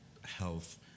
health